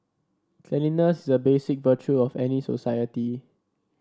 cleanliness is a basic virtue of any society